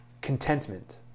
Contentment